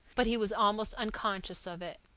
but he was almost unconscious of it.